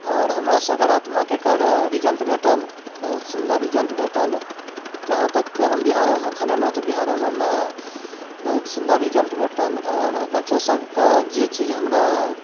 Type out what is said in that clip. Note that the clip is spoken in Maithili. आओर हमरा सकारात्मक एकर रिजल्ट भेटल बहुत सुन्दर रिजल्ट भेटल जहाँ तक कि हम बिहारोमे खेलेलहुँ तऽ बिहारोमे हमरा बहुत सुन्दर रिजल्ट भेटल आओर बच्चो सभकऽ जे चीज हमरा